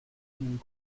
einem